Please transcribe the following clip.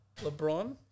LeBron